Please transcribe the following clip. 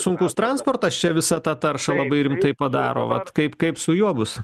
sunkus transportas čia visą tą taršą labai rimtai padaro vat kaip kaip su juo bus